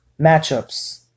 matchups